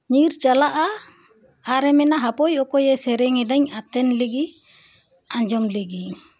ᱧᱤᱨ ᱪᱟᱞᱟᱜᱼᱟ ᱟᱨᱮ ᱢᱮᱱᱟ ᱦᱟᱯᱳᱭ ᱚᱠᱚᱭᱮ ᱥᱮᱨᱮᱧ ᱮᱫᱟᱧ ᱟᱛᱮᱱ ᱞᱮᱜᱤᱧ ᱟᱸᱡᱚᱢ ᱞᱮᱜᱤᱧ